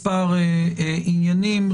למספר עניינים.